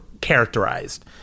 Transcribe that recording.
characterized